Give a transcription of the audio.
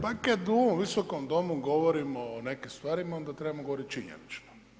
Pa kad u ovom Visokom domu govorimo o nekim stvarima, onda trebamo govoriti činjenično.